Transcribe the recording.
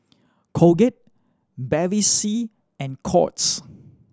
Colgate Bevy C and Courts